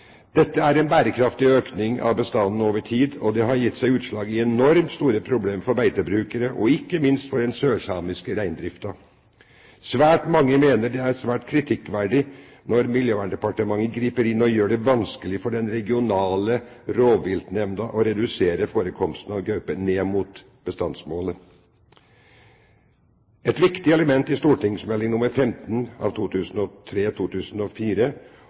Dette er en kraftig økning av bestanden over tid, og det har gitt seg utslag i enormt store problemer for beitebrukere og ikke minst for den sørsamiske reindriften. Svært mange mener det er svært kritikkverdig når Miljøverndepartementet griper inn og gjør det vanskelig for den regionale rovviltnemnda å redusere forekomsten av gaupe ned mot bestandsmålet. Et viktig element i St.meld. nr. 15